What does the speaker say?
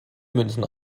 münzen